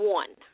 one